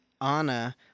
Anna